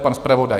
Pan zpravodaj?